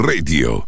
Radio